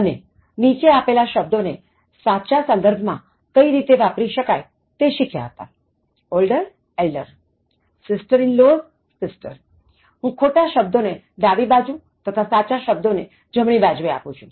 અને નીચે આપેલા શબ્દો નેસાચા સંદર્ભ માં કઈ રીતે વાપરી શકાય તે શીખ્યા હતા olderelder sister in laws હું ખોટા શબ્દો ને ડાબી બાજુ અને સાચા શબ્દોને જમણી બાજુએ આપું છું